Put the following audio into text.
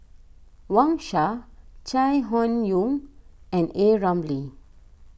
Wang Sha Chai Hon Yoong and A Ramli